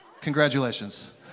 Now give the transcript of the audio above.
Congratulations